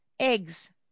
eggs